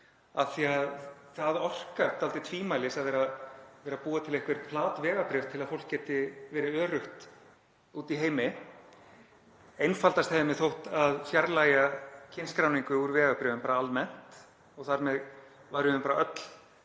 Það orkar tvímælis að búa til einhver platvegabréf til að fólk geti verið öruggt úti í heimi. Einfaldast hefði mér þótt að fjarlægja kynskráningu úr vegabréfum almennt og þar með værum við öll